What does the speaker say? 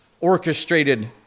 orchestrated